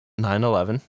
9-11